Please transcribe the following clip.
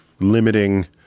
Limiting